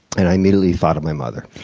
and i immediately thought of my mother.